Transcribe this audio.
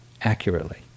accurately